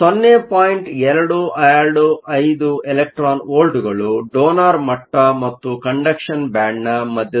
225 electron ವೋಲ್ಟ್ಗಳು donor ಮಟ್ಟ ಮತ್ತು ಕಂಡಕ್ಷನ್ ಬ್ಯಾಂಡ್ನ ಮಧ್ಯದಲ್ಲಿವೆ